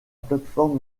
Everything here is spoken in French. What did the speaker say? plateforme